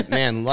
man